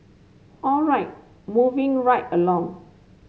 all right moving right along